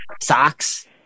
socks